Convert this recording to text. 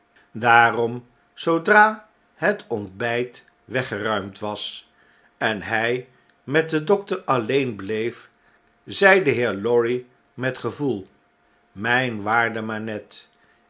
daarom zoodra het ontbyt weggeruimd was en hij met den dokter alleen bleef zei de heer lorry met gevoel myn waarde manette